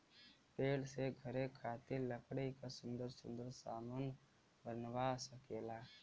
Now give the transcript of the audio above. पेड़ से घरे खातिर लकड़ी क सुन्दर सुन्दर सामन बनवा सकेला